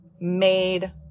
made